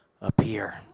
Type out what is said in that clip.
appear